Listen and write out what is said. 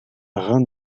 rhin